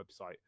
website